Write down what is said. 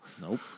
Nope